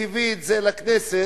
והביא את זה לכנסת